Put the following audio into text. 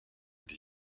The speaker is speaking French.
des